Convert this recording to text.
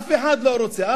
אף אחד לא רוצה,